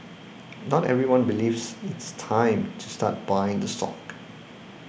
not everyone believes it's time to start buying the stock